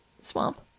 Swamp